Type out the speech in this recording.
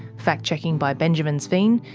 fact checking by benjamin sveen.